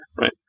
right